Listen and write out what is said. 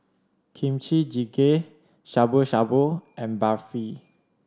Kimchi Jjigae Shabu Shabu and Barfi